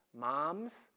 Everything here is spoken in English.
Moms